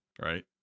Right